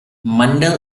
mandal